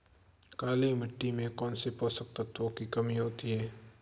काली मिट्टी में कौनसे पोषक तत्वों की कमी होती है?